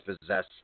possess